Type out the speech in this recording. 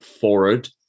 forward